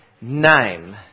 name